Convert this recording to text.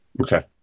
Okay